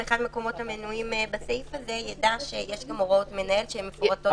אחד מהמקומות המנויים בסעיף הזה ידע שיש גם הוראות מנהל שהן מפורטות.